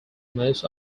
most